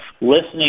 listening